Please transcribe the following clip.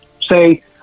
say